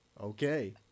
Okay